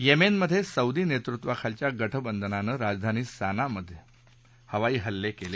येमेनमध्ये Saudi नेतृत्वाखालील गठबंधनानं राजधानी सानामध्ये हवाई हल्ले केले